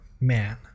man